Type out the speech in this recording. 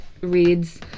reads